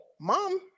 mom